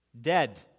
dead